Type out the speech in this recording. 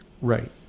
Right